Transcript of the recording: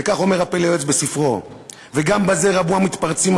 וכך נאמר בספר "פלא יועץ": "וגם בזה רבו המתפרצים,